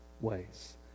ways